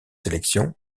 élections